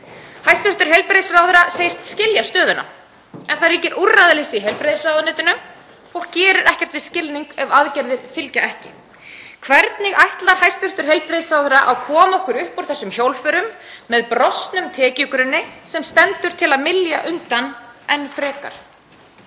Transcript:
Hæstv. heilbrigðisráðherra segist skilja stöðuna. En það ríkir úrræðaleysi í heilbrigðisráðuneytinu. Fólk gerir ekkert við skilning ef aðgerðir fylgja ekki. Hvernig ætlar hæstv. heilbrigðisráðherra að koma okkur upp úr þessum hjólförum með brostnum tekjugrunni sem stendur til að mylja undan enn frekar?